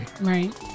Right